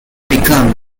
become